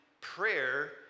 prayer